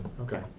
okay